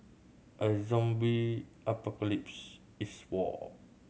a zombie apocalypse is war